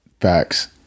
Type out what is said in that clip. Facts